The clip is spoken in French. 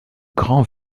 grand